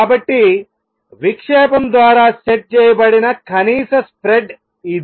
కాబట్టి విక్షేపం ద్వారా సెట్ చేయబడిన కనీస స్ప్రెడ్ ఇది